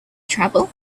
travel